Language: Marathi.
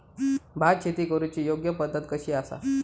भात शेती करुची योग्य पद्धत कशी आसा?